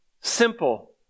simple